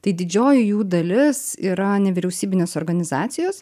tai didžioji jų dalis yra nevyriausybinės organizacijos